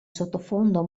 sottofondo